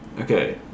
Okay